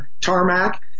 tarmac